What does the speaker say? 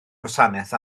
gwasanaeth